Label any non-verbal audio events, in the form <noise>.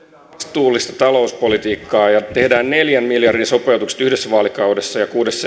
vastuullista talouspolitiikkaa ja tehdään neljän miljardin sopeutukset yhdessä vaalikaudessa ja kuudessa <unintelligible>